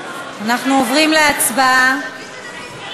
אנחנו עוברים להצבעה.